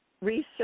Research